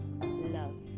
Love